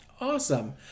Awesome